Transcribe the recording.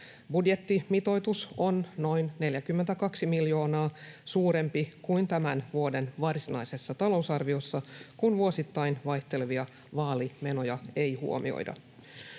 Budjettimitoitus on noin 42 miljoonaa suurempi kuin tämän vuoden varsinaisessa talousarviossa, kun vuosittain vaihtelevia vaalimenoja ei huomioida.